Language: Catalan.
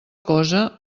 cosa